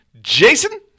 Jason